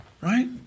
Right